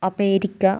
America